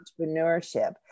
entrepreneurship